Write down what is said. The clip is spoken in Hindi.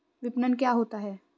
विपणन क्या होता है?